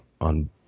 on